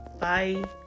Bye